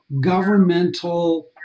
governmental